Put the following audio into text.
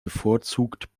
bevorzugt